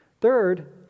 Third